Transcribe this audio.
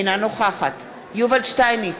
אינה נוכחת יובל שטייניץ,